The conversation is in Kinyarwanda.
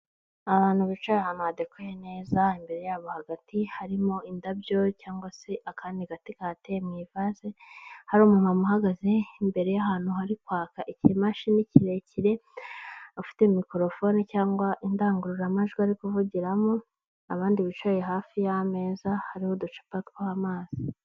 Abantu bicaye ahantu hadekoye neza, imbere yabo hagati harimo indabyo cyangwa se akandi gati kahateye mu ivase, hari umumama uhagaze imbere y'ahantu hari kwaka ikimashini kirekire, afite mikorofone cyangwa indangururamajwi ari kuvugiramo, abandi bicaye hafi y'ameza hariho uducupa twa amazi.